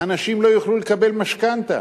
האנשים לא יוכלו לקבל משכנתה.